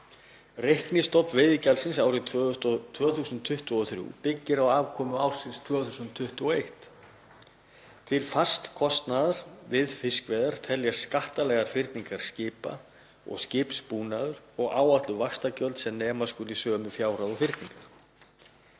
Reiknistofn veiðigjaldsins árið 2023 byggir á afkomu ársins 2021. Til fasts kostnaðar við fiskveiðar teljast skattalegar fyrningar skipa og skipsbúnaðar og áætluð vaxtagjöld sem nema skuli sömu fjárhæð og fyrningarnar.